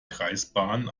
kreisbahnen